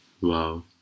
Wow